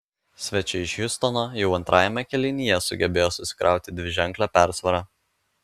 svečiai iš hjustono jau antrajame kėlinyje sugebėjo susikrauti dviženklę persvarą